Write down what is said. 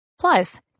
Plus